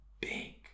big